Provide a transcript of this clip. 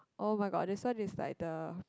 oh-my-god this one is like the